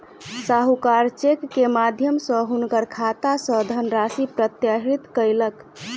साहूकार चेक के माध्यम सॅ हुनकर खाता सॅ धनराशि प्रत्याहृत कयलक